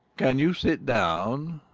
can you sit down?